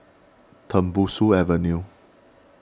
Tembusu Avenue